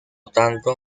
tanto